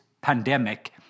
pandemic